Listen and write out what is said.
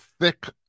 thick